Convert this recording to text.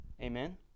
Amen